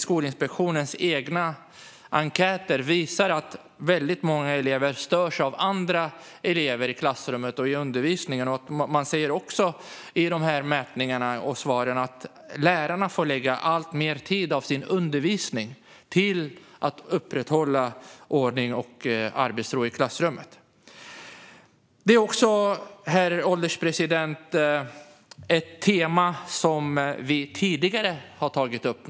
Skolinspektionens egna enkäter visar att väldigt många elever störs av andra elever i klassrummet och i undervisning. I svaren i mätningarna sägs också att lärarna får lägga alltmer tid av undervisningstiden till att upprätthålla ordning och arbetsro i klassrummet. Herr ålderspresident! Detta är naturligtvis ett tema som vi också tidigare har tagit upp.